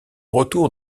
retour